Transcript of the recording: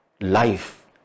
life